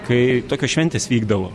kai tokios šventės vykdavo